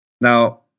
Now